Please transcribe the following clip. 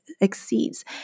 exceeds